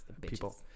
people